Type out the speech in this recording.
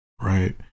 right